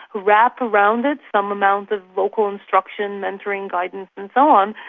wrap around it some amount of vocal instruction, entering guidance and so on,